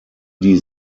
die